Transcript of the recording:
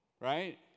right